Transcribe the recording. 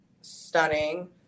stunning